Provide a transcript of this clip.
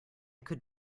could